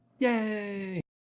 Yay